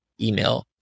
email